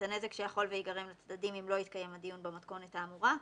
את הנזק שיכול וייגרם לצדדים אם לא יתקיים הדיון במתכונת האמורה,